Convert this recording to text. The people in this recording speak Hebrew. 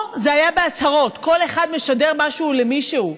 פה זה היה בהצהרות, כל אחד משדר משהו למישהו.